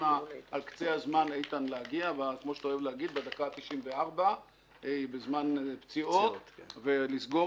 על קצה הזמן כפי שאתה אוהב להגיד: בדקה ה-94 בזמן פציעות לסגור